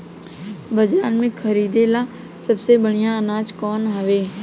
बाजार में खरदे ला सबसे बढ़ियां अनाज कवन हवे?